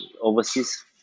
overseas